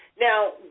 Now